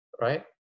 right